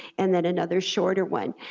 and then another shorter one.